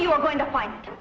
you're going to find